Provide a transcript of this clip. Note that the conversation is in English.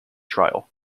trial